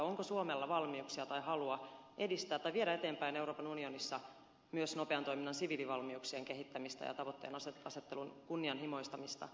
onko suomella valmiuksia tai halua viedä eteenpäin euroopan unionissa myös nopean toiminnan siviilivalmiuksien kehittämistä ja tavoitteenasettelun kunnianhimoistamista